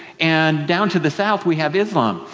and down to the south we have islam.